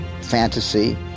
fantasy